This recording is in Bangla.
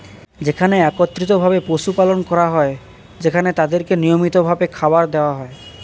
যেখানে একত্রিত ভাবে পশু পালন করা হয়, সেখানে তাদেরকে নিয়মিত ভাবে খাবার দেওয়া হয়